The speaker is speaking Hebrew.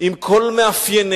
עם כל מאפייניה,